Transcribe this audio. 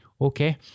okay